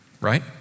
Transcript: Right